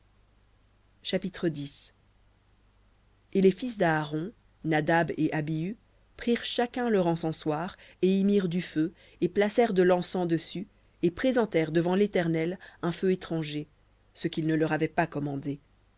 chapitre et les fils d'aaron nadab et abihu prirent chacun leur encensoir et y mirent du feu et placèrent de l'encens dessus et présentèrent devant l'éternel un feu étranger ce qu'il ne leur avait pas commandé